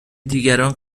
دیگران